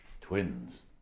twins